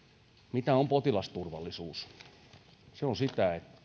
mitä on potilasturvallisuus se on sitä